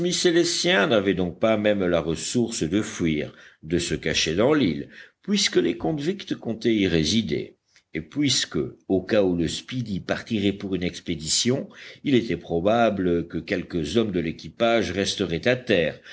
les siens n'avaient donc pas même la ressource de fuir de se cacher dans l'île puisque les convicts comptaient y résider et puisque au cas où le speedy partirait pour une expédition il était probable que quelques hommes de l'équipage resteraient à terre